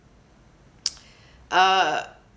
uh